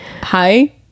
hi